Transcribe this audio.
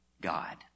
God